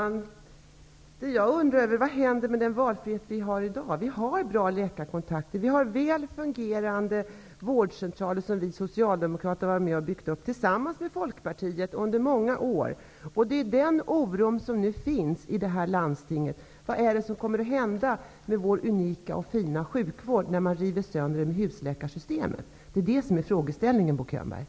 Herr talman! Jag undrar vad som kommer att hända med den valfrihet som vi har i dag. Vi har bra läkarkontakter. Vi har väl fungerande vårdcentraler, som vi socialdemokrater tillsammans med Folkpartiet har varit med om att under många år bygga upp. Det finns nu en oro över vad som kommer att hända med vår unika och fina sjukvård, när den rivs sönder av det här husläkarsystemet. Det är frågan, Bo Könberg!